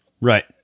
right